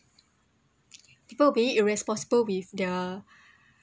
people be irresponsible with their